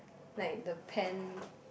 like the pen